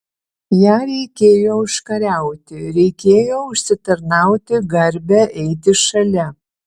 ją reikėjo užkariauti reikėjo užsitarnauti garbę eiti šalia